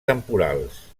temporals